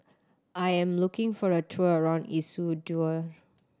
I am looking for a tour around Ecuador